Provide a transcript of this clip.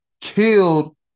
killed